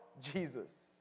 Jesus